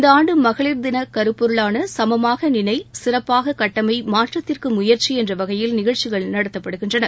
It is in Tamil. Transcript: இந்த ஆண்டு மகளிர் தின கருப்பொருளான சமமாக நினை சிறப்பாக கட்டமை மாற்றத்திற்கு முயற்சி என்ற வகையில் நிகழ்ச்சிகள் நடத்தப்படுகின்றன